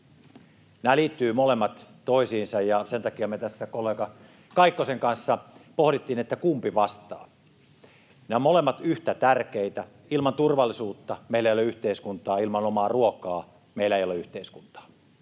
Nämä liittyvät molemmat toisiinsa, ja sen takia me tässä kollega Kaikkosen kanssa pohdimme, kumpi vastaa. Nämä ovat molemmat yhtä tärkeitä. Ilman turvallisuutta meillä ei ole yhteiskuntaa, ilman omaa ruokaa meillä ei ole yhteiskuntaa.